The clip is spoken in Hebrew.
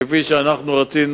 כפי שאנחנו רצינו,